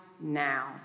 now